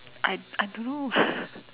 I I don't know